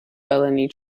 felony